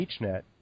HNET